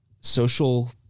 social